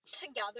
together